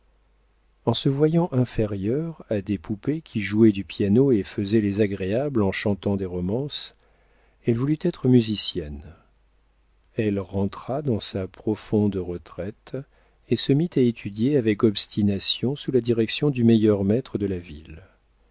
en se voyant inférieure à des poupées qui jouaient du piano et faisaient les agréables en chantant des romances elle voulut être musicienne elle rentra dans sa profonde retraite et se mit à étudier avec obstination sous la direction du meilleur maître de la ville